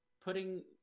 putting